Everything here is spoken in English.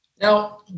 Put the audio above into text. Now